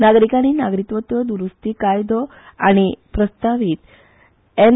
नागरिकानी नागरिकत्व द्रुस्ती कायदो आनी प्रस्तावित एन